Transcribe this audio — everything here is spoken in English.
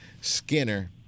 Skinner